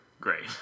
Great